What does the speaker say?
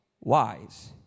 wise